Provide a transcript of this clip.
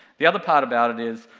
the other part about it is,